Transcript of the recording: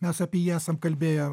mes apie jį esam kalbėję